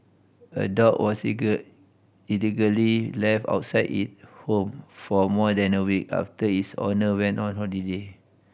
a dog was allegedly left outside it home for more than a week after its owner went on holiday